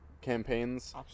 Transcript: campaigns